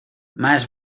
más